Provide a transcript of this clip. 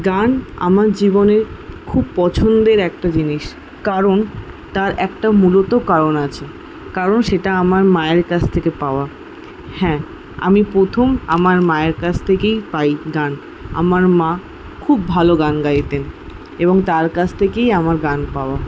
গান আমার জীবনের খুব পছন্দের একটা জিনিস কারণ তার একটা মূলত কারণ আছে কারণ সেটা আমার মায়ের কাছ থেকে পাওয়া হ্যাঁ আমি প্রথম আমার মায়ের কাছ থেকেই পাই গান আমার মা খুব ভালো গান গাইতেন এবং তার কাছ থেকেই আমার গান পাওয়া